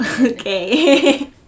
Okay